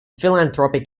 philanthropic